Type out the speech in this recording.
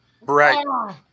Right